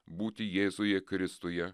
būti jėzuje kristuje